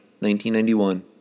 1991